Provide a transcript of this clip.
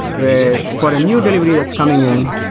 where for a new delivery that's coming in,